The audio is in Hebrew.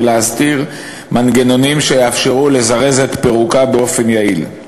ולהסדיר מנגנונים שיאפשרו לזרז את פירוקה באופן יעיל.